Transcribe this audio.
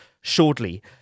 shortly